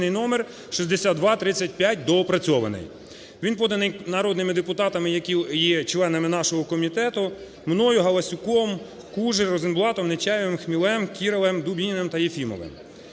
Він поданий народними депутатами, які є членами нашого комітету: мною, Галасюком, Кужель, Розенблатом, Нечаєвим, Хмілем, Кіралем, Дубініним та Єфімовим.